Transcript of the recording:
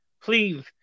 please